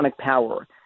power